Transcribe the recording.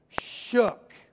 shook